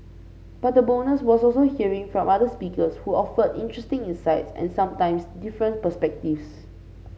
but the bonus was also hearing from other speakers who offered interesting insights and sometimes different perspectives